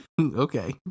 okay